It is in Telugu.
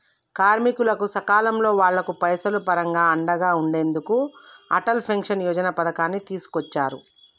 కార్మికులకు సకాలంలో వాళ్లకు పైసలు పరంగా అండగా ఉండెందుకు అటల్ పెన్షన్ యోజన పథకాన్ని తీసుకొచ్చారు